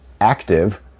active